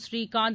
Srikanth